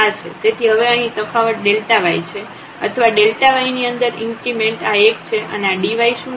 તેથી હવે અહીં તફાવત y છે અથવા y ની અંદર ઇન્ક્રીમેન્ટ આ એક છે અને આ dy શું છે